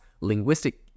linguistic